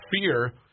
fear